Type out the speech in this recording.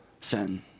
sin